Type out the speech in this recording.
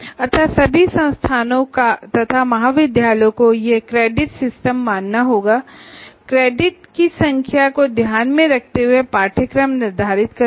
अतः सभी संस्थानों तथा महाविद्यालय को यह क्रेडिट सिस्टम मानना होगा क्रेडिट की संख्या को ध्यान में रखते हुए सिलेबस निर्धारित करना होगा